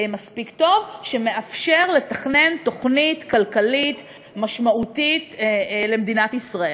טוב שמאפשר לתכנן תוכנית כלכלית משמעותית למדינת ישראל.